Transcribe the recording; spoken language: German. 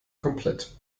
komplett